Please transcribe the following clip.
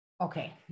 Okay